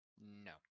No